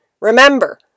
Remember